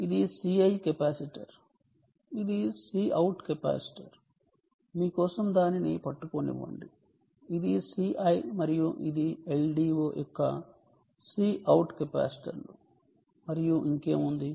ఇది C¿ capacitor ఇది Cout capacitor మీ కోసం దానిని పట్టుకోనివ్వండి ఇది C¿ మరియు ఇది LDO యొక్క Cout కెపాసిటర్లు మరియు ఇంకేముంది